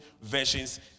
versions